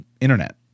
internet